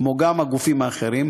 כמו גם הגופים האחרים,